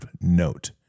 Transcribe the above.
note